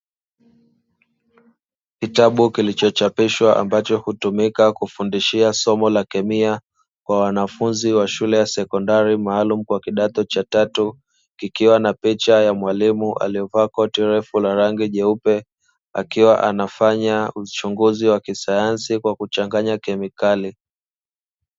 Kitabu kilichochapishwa ambacho hutumika kufundishia somo la kemia kwa wanafunzi wa shule ya sekondari maalumu kwa kidato cha tatu, kikiwa na picha ya mwalimu alievaa koti refu la rangi nyeupe akiwa anafanya uchunguzi wa kisayansi kwa kuchanganya kemikali.